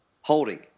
holding